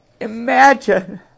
Imagine